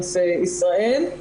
ועם Social Science ישראל.